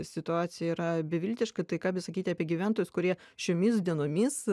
situacija yra beviltiška tai ką besakyti apie gyventojus kurie šiomis dienomis